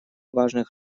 важных